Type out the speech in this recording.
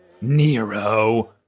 Nero